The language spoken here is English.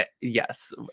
Yes